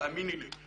תאמיני לי.